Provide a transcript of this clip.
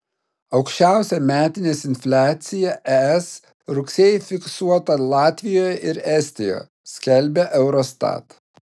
aukščiausia metinės infliacija es rugsėjį fiksuota latvijoje ir estijoje skelbia eurostat